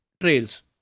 trails